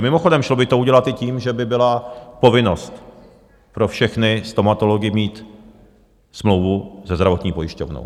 Mimochodem šlo by to udělat tím, že by byla povinnost pro všechny stomatology mít smlouvu se zdravotní pojišťovnou.